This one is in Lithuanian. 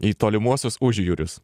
į tolimuosius užjūrius